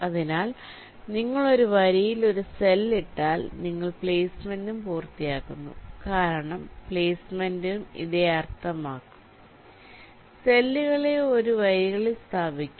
അതിനാൽ നിങ്ങൾ ഒരു വരിയിൽ ഒരു സെൽ ഇട്ടാൽ നിങ്ങൾ പ്ലെയ്സ്മെന്റും പൂർത്തിയാക്കുന്നു കാരണം പ്ലെയ്സ്മെന്റും ഇതേ അർത്ഥമാക്കും സെല്ലുകളെ ഒരു വരികളിൽ സ്ഥാപിക്കുക